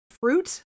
Fruit